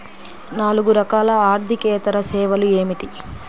నాలుగు రకాల ఆర్థికేతర సేవలు ఏమిటీ?